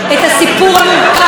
של החברה הישראלית,